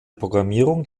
programmierung